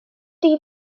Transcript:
dvd